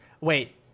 Wait